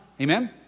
amen